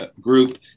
group